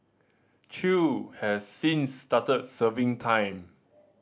Chew has since started serving time